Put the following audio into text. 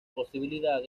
posibilidad